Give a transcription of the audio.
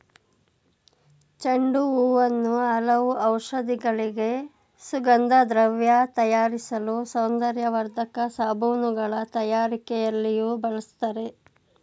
ಚೆಂಡು ಹೂವನ್ನು ಹಲವು ಔಷಧಿಗಳಿಗೆ, ಸುಗಂಧದ್ರವ್ಯ ತಯಾರಿಸಲು, ಸೌಂದರ್ಯವರ್ಧಕ ಸಾಬೂನುಗಳ ತಯಾರಿಕೆಯಲ್ಲಿಯೂ ಬಳ್ಸತ್ತರೆ